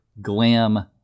glam